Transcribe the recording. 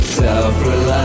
self-reliance